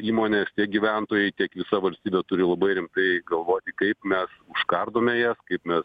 įmonės tiek gyventojai tiek visa valstybė turi labai rimtai galvoti kaip mes užkardome jas kaip mes